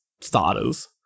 starters